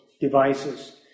devices